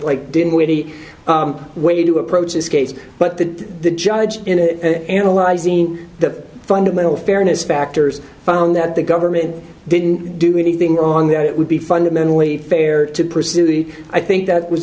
like didn't witty way to approach this case but that the judge in analyzing the fundamental fairness factors found that the government didn't do anything wrong that it would be fundamentally fair to pursue the i think that was